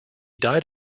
died